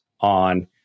on